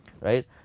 right